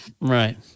right